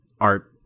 art